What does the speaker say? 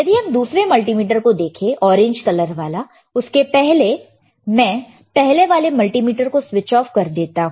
यदि हम दूसरे मल्टीमीटर को देखें ऑरेंज कलर वाला उसके पहले मैं पहले वाले मल्टीमीटर को स्विच ऑफ कर देता हूं